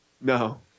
No